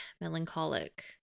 melancholic